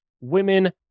women